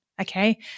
Okay